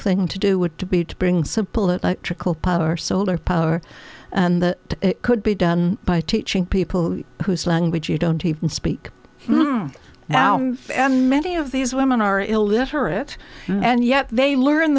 thing to do would be to bring some political power solar power and that could be done by teaching people whose language you don't even speak now and many of these women are illiterate and yet they learn